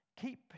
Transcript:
Keep